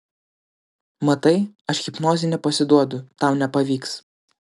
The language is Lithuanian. matai aš hipnozei nepasiduodu tau nepavyks